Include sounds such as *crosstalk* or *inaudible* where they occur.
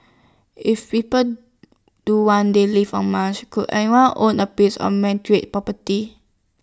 if people *hesitation* do one day live on Mars could anyone own A piece of man tree property